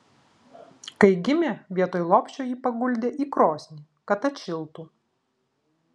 kai gimė vietoj lopšio jį paguldė į krosnį kad atšiltų